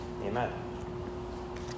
Amen